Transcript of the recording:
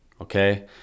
okay